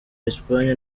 espagne